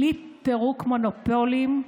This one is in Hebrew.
בלי פירוק מונופולים,